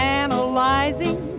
analyzing